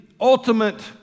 ultimate